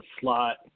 slot